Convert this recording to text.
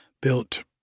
built